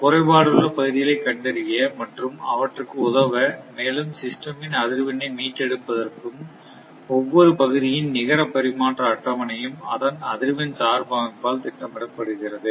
குறைபாடுள்ள பகுதிகளை கண்டறிய மற்றும் அவற்றுக்கு உதவ மேலும் சிஸ்டமின் அதிர்வெண்ணை மீட்டெடுப்பதற்கும் ஒவ்வொரு பகுதியின் நிகர பரிமாற்ற அட்டவணையும் அதன் அதிர்வெண் சார்பு அமைப்பால் திட்டமிடப்படுகிறது